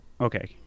Okay